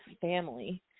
family